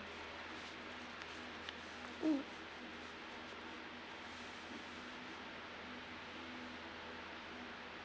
mm